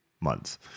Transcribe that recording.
months